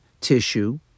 tissue